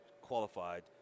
qualified